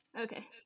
Okay